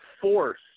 force